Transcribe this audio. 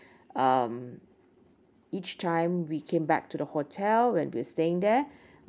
um each time we came back to the hotel when we're staying there